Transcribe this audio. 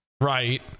right